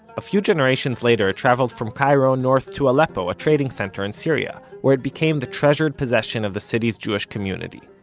a few generations later it traveled from cairo north to aleppo, a trading center in syria, where it became the treasured possession of the city's jewish community.